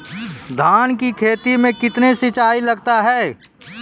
धान की खेती मे कितने सिंचाई लगता है?